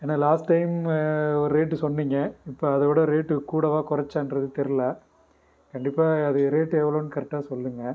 ஏன்னா last time ஒரு rate சொன்னீங்க இப்போ அதை விட ரேட் கூடவா குறைச்சான்றது தெரில கண்டிப்பாக அது ரேட் எவ்வளோன்னு கரெக்ட்டாக சொல்லுங்க